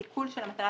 דובר: